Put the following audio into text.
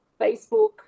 Facebook